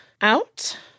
out